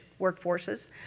workforces